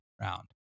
round